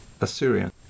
Assyrian